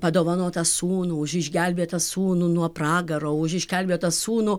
padovanotą sūnų už išgelbėtą sūnų nuo pragaro už išgelbėtą sūnų